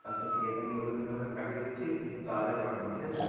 আচ্ছা ঠিক আছে আমি লোকেশানটা আপনাকে পাঠিয়ে দিচ্ছি একটু তাড়াতাড়ি পাঠাবেন ঠিক আছে